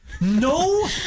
No